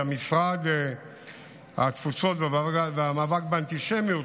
ומשרד התפוצות והמאבק באנטישמיות,